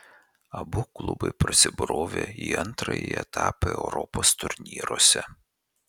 abu klubai prasibrovė į antrąjį etapą europos turnyruose